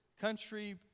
country